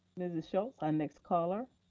mrs. schulz, our next caller.